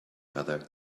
other